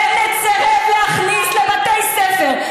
בנט סירב להכניס לבתי ספר.